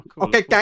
Okay